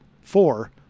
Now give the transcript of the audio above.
four